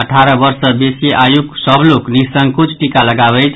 अठारह वर्ष सँ बेसी आयुक सभ लोक निःसंकोच टीका लगाबैथि